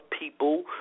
people